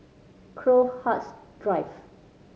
Crowhurst Drive